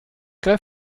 immer